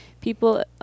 People